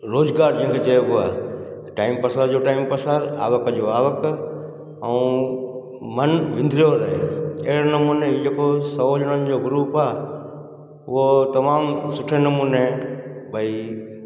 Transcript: रोज़गारु जंहिंखें चइबो आहे टाइम पसार जो टाइम पसारु आवक जो आवक ऐं मनु विंदजो रहे अहिड़े नमूने जेको सौ ॼणनि जो ग्रुप आहे उहो तमामु सुठे नमूने भई